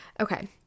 okay